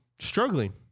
struggling